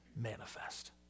manifest